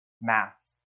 maths